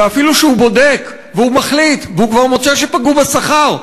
ואפילו כשהוא בודק והוא מחליט והוא כבר מוצא שפגעו בשכר,